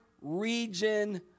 region